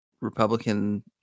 Republican